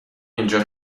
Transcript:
اینجا